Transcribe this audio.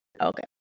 Okay